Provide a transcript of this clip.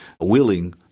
willing